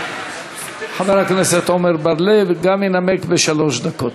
חבר הכנסת עמר בר-לב גם ינמק, בשלוש דקות.